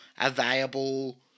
available